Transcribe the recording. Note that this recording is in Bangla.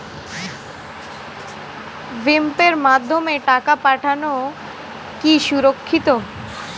ভিম পের মাধ্যমে টাকা পাঠানো কি সুরক্ষিত?